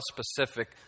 specific